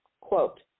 quote